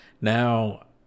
Now